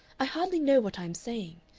i hardly know what i am saying.